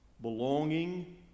belonging